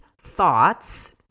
thoughts